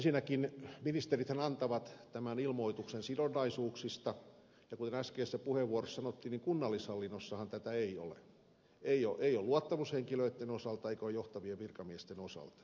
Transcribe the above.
ensinnäkin ministerithän antavat tämän ilmoituksen sidonnaisuuksistaan ja kuten äskeisessä puheenvuorossa sanottiin kunnallishallinnossahan tätä ei ole ei ole luottamushenkilöitten osalta eikä ole johtavien virkamiesten osalta